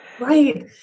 Right